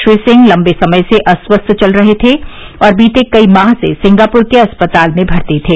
श्री सिंह लंबे समय से अस्वस्थ चल रहे थे और बीते कई माह से सिंगापुर के अस्पताल में भर्ती थे